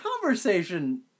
conversation